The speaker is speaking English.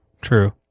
True